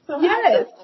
Yes